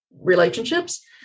relationships